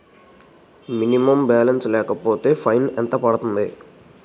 Minimum balance లేకపోతే fine ఎంత పడుతుంది?